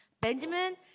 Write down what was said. Benjamin